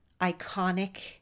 iconic